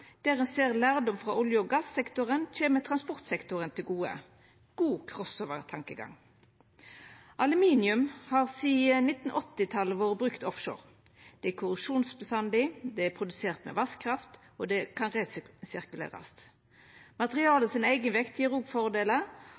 der me ser at lærdom frå olje- og gassektoren kjem transportsektoren til gode. God «crossover»-tankegang. Aluminium har sidan 1980-talet vore brukt offshore. Det er korrosjonsherdig, det er produsert med vasskraft, og det kan